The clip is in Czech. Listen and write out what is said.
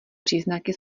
příznaky